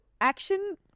action